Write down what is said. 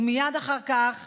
ומייד אחר כך,